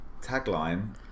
tagline